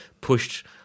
pushed